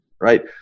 right